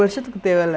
orh